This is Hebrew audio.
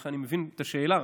לכן אני מבין את השאלה,